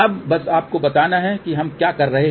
अब बस आपको बताना है तो हम क्या कर रहे हैं